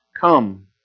come